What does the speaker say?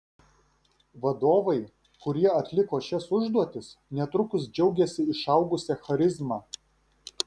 vadovai kurie atliko šias užduotis netrukus džiaugėsi išaugusia charizma